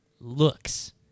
looks